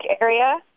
area